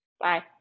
Bye